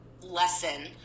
lesson